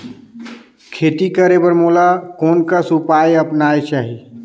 खेती करे बर मोला कोन कस उपाय अपनाये चाही?